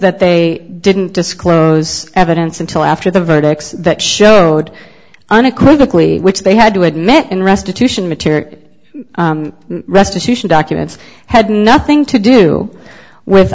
that they didn't disclose evidence until after the verdicts that showed unequivocally which they had to admit in restitution material restitution documents had nothing to do with